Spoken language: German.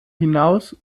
hinaus